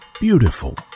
beautiful